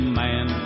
man